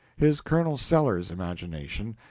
his colonel sellers imagination,